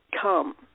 come